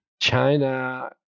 China